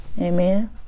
amen